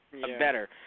better